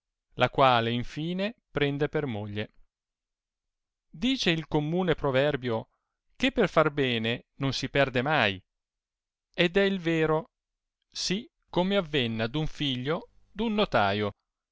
la quale infine prende per moglie dice il commune proverbio che per far bene non si perde mai ed è il vero sì come avvenne ad un figlio d un notaio